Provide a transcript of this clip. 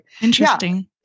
Interesting